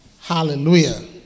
Hallelujah